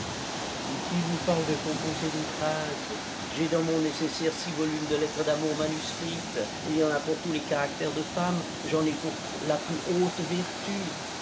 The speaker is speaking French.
et qui vous parle de composer des phrases j'ai dans mon nécessaire six volumes de lettres d'amour manuscrites il y en a pour tous les caractères de femme j'en ai pour la plus haute vertu